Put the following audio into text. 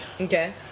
Okay